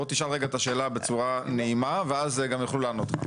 בוא תשאל רגע את השאלה בצורה נעימה ואז גם יוכלו לענות לך.